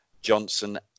Johnson